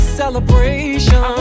celebration